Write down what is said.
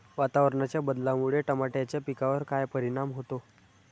वातावरणाच्या बदलामुळे टमाट्याच्या पिकावर काय परिणाम होतो?